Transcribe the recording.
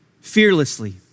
fearlessly